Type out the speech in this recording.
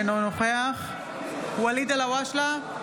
אינו נוכח ואליד אלהואשלה,